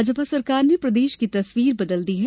भाजपा सरकार ने प्रदेश की तस्वीर बदल दी है